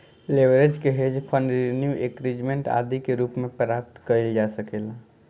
leverage के hedge fund renew increment आदि के रूप में प्राप्त कईल जा सकेला